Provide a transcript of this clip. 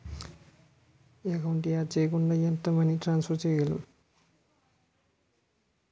Account add చేయకుండా ఎంత money transfer చేయగలము?